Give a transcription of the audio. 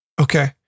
Okay